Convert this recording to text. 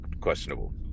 questionable